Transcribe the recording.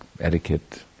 etiquette